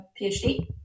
phd